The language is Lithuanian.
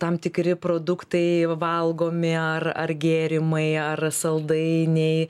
tam tikri produktai valgomi ar ar gėrimai ar saldainiai